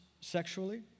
sexually